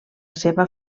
seva